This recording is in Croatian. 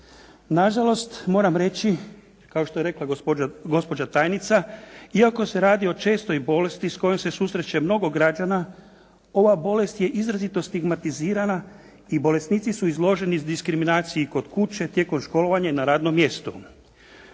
Na žalost moram reći, kao što je rekla gospođa tajnica, iako se radi o čestoj bolesti s kojom se susreće mnogo građana, ova bolest je izrazito stigmatizirana i bolesnici su izloženi diskriminaciji kod kuće, tijekom školovanja i na radnom mjestu.